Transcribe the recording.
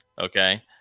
Okay